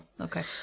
okay